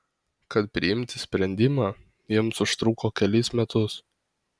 kad priimti sprendimą jiems užtruko kelis metus